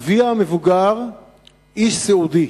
אביה המבוגר איש סיעודי.